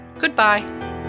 Goodbye